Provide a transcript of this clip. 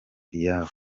iyabo